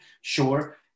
Sure